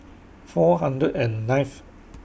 four hundred and nineth